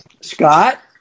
Scott